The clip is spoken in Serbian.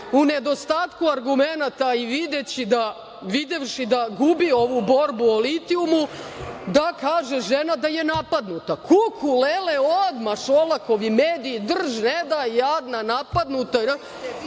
u nedostatku agrumenata i videvši da gubi ovu borbu o litijumu, kaže žena da je napadnuta. Kuku lele, odmah Šolakovi mediji, drž ne daj – jadna, napadnuta. Ja